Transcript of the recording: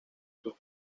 sus